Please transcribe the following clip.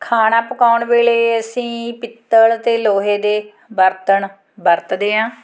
ਖਾਣਾ ਪਕਾਉਣ ਵੇਲੇ ਅਸੀਂ ਪਿੱਤਲ ਅਤੇ ਲੋਹੇ ਦੇ ਬਰਤਨ ਵਰਤਦੇ ਹਾਂ